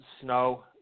snow